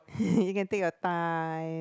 you can take your time